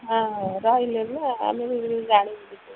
ହଁ ହଁ ରହିଲି ହେଲା ଆମେ ସେ ବିଷୟରେ ଜାଣିନୁ କିଛି